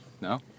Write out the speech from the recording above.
No